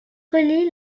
relie